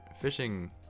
fishing